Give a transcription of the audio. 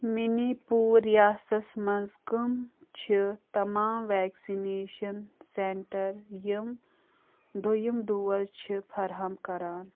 منی پوٗر ریاستس منٛز کٔم چھِ تمام ویکسِنیشن سینٹر یِم دۄیِم ڈوز چھِ فرہم کران